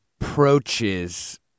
approaches